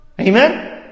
Amen